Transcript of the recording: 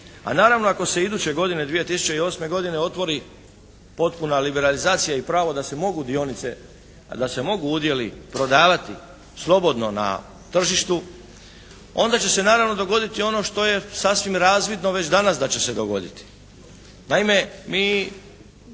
a naravno ako se iduće godine 2008. godine otvori potpuna liberalizacija i pravo da se mogu dionice, da se mogu udjeli prodavati slobodno na tržištu onda će se naravno dogoditi ono što je sasvim razvidno već danas da će se dogoditi.